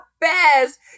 best